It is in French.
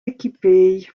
équipée